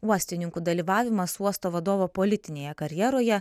uostininkų dalyvavimas uosto vadovo politinėje karjeroje